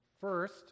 first